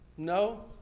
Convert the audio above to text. No